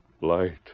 light